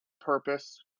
purpose